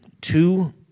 two